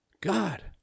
God